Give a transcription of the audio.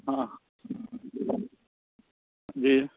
हाँ जी